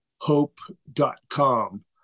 hope.com